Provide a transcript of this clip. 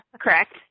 Correct